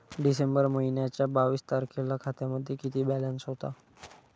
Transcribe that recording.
डिसेंबर महिन्याच्या बावीस तारखेला खात्यामध्ये किती बॅलन्स होता?